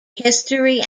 history